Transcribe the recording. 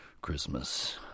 Christmas